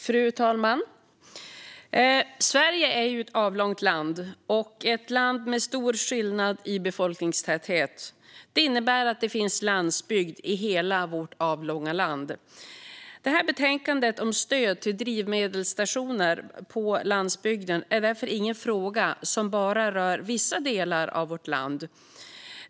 Fru talman! Sverige är ett avlångt land och ett land med stor skillnad i befolkningstäthet. Det innebär att det finns landsbygd i hela vårt avlånga land. Detta betänkande om stöd till drivmedelsstationer på landsbygden är därför ingen fråga som bara rör vissa delar av vårt land.